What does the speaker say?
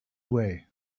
away